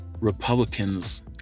republicans